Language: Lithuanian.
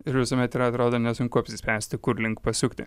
ir visuomet yra atrodo nesunku apsispręsti kur link pasukti